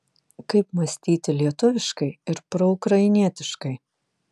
kaip mąstyti lietuviškai ir proukrainietiškai